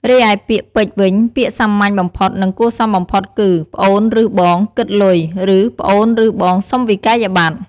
រីឯពាក្យពេចន៍វិញ ពាក្យសាមញ្ញបំផុត និងគួរសមបំផុតគឺ "ប្អូនឬបង គិតលុយ!" ឬ "ប្អូនឬបង សុំវិក្កយបត្រ!"។